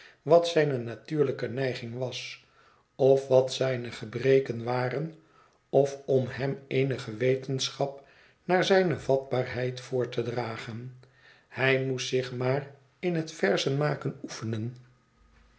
wat zijne natuurlijke neiging was of wat zijne gebreken waren of om hem eenige wetenschap naar zijne vatbaarheid voor te dragen hij moest zich maar in het verzenmaken oefenen